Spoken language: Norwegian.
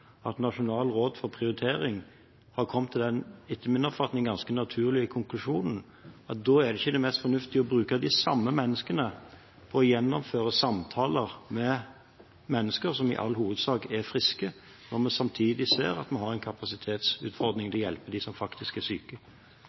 at Nasjonalt råd for prioritering har kommet til den etter min oppfatning ganske naturlige konklusjonen at da er det ikke mest fornuftig å bruke de samme menneskene og gjennomføre samtaler med mennesker som i all hovedsak er friske, når vi samtidig ser at vi har en kapasitetsutfordring med å hjelpe dem som faktisk er syke.